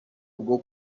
bwo